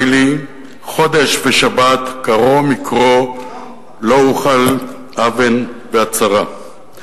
לי חודש ושבת קרוא מקרא לא אוכל אוון ועצרה.